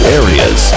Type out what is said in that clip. areas